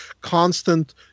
constant